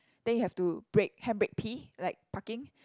then you have to brake handbrake P like parking